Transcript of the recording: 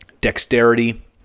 dexterity